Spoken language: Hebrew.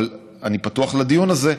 אבל אני פתוח לדיון הזה,